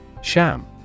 Sham